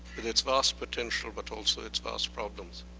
with its vast potential, but also its vast problems,